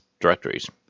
directories